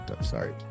sorry